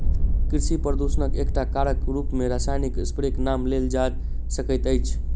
कृषि प्रदूषणक एकटा कारकक रूप मे रासायनिक स्प्रेक नाम लेल जा सकैत अछि